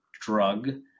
drug